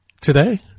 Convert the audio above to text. today